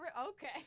Okay